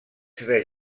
tres